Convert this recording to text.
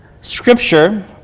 Scripture